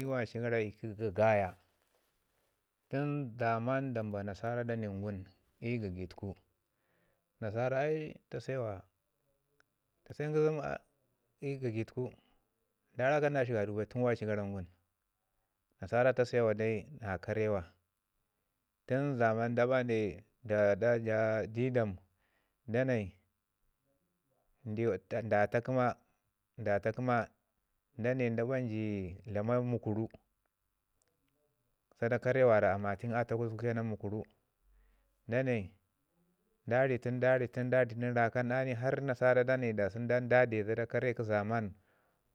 I wali gara i gaya tun zaman damba nasara da ni gum ii gagi tuku nasara ai ta se wa ta se nyizim i gagituku da rakan na shi kadau bwi tun wali ojara, nasara ta se wa dai na karewa. Tən zaman da bandeu da- da- da didam dainai ndiwa nda ta kəma nda ta kəma da nai nda bandi dlama mukuru zada kare mi amatau a takusan ke nan mukuru da nai da ri tunu da ri tunu har nasara danai da dai kare kə zaman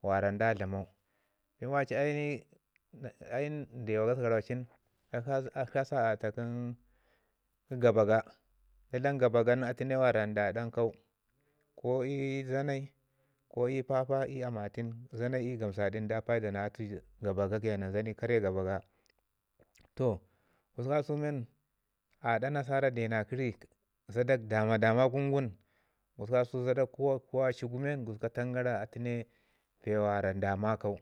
wara nda damau wari ai ai ndiwa gasgaraucin akshi a skaata kə gabaga da dam gabaga nin atu ne me nda ɗinkau ko ii zanai ko ii papa i amatau zunai gamsadin da paida na na atu gabaga ke nan kare gabaga. Toh gususku kasau men aɗa nasara deu na kəri zadak dama- dama gun wum zadda kuwa ku wali gu men katen gara atu ne bee gusku nda makau.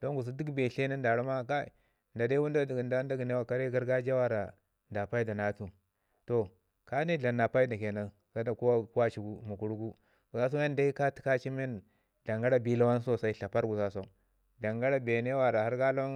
Don gusku gəd bee tlən nda ramau ma kai da da i wunduwa dəgəm dan da yənewa kare gargajiya da paida na atu toh ke ne dlam na paida ke nan zada kuwa kə waci gu makuru gu gususku kasau da ika i- təkaci me dlamen gara bi lawan sosai tlapare gususku kasau. Dlomən gara bee ne wara har ka lawan ga